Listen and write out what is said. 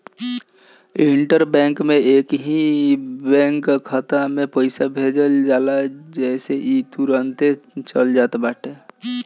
inter bank में एकही bank कअ खाता में पईसा भेज जाला जेसे इ तुरंते चल जात बाटे